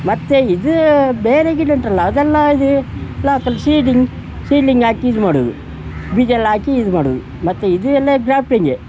ಮತ್ತು ಇದು ಬೇರೆ ಗಿಡ ಉಂಟಲ್ಲ ಅದೆಲ್ಲ ಇದು ಸೀಡಿಂಗ್ ಸೀಲಿಂಗ್ ಹಾಕಿ ಇದು ಮಾಡೋದು ಬೀಜ ಎಲ್ಲ ಹಾಕಿ ಇದು ಮಾಡೋದು ಮತ್ತು ಇದು ಎಲ್ಲ ಗ್ರಾಫ್ಟಿಂಗೇ